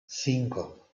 cinco